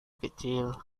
kecil